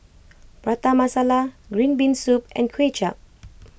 Prata Masala Green Bean Soup and Kuay Chap